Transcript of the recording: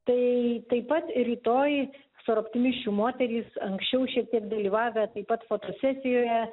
tai taip pat rytoj sor optimisčių moterys anksčiau šiek tiek dalyvavę taip pat fotosesijoje